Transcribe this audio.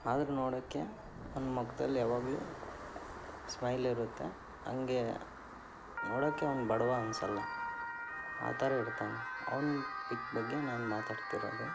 ಆದರೂ ನೋಡೋಕ್ಕೆ ಅವನ ಮುಖದಲ್ಲಿ ಯಾವಾಗಲೂ ಸ್ಮೈಲ್ ಇರುತ್ತೆ ಹಾಗೆ ನೋಡೋಕ್ಕೆ ಅವನು ಬಡವ ಅನ್ಸೋಲ್ಲ ಆ ಥರ ಇರ್ತಾನೆ ಅವನ ಪಿಕ್ ಬಗ್ಗೆ ನಾನು ಮಾತಾಡ್ತಿರೋದು